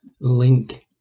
link